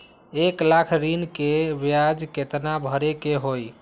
एक लाख ऋन के ब्याज केतना भरे के होई?